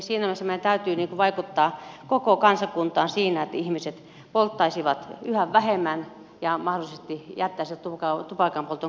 siinä mielessä meidän täytyy vaikuttaa koko kansakuntaan siinä että ihmiset polttaisivat yhä vähemmän ja mahdollisesti jättäisivät tupakanpolton kokonaan pois